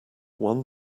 one